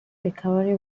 recovery